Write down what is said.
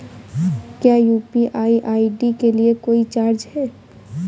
क्या UPI ID के लिए कोई चार्ज है?